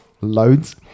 Loads